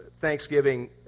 Thanksgiving